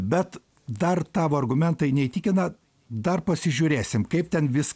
bet dar tavo argumentai neįtikina dar pasižiūrėsim kaip ten vis